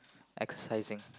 exercising